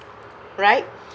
right